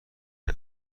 عمه